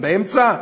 באמצע,